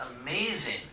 amazing